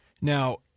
now